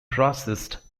processed